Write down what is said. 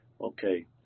Okay